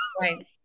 Right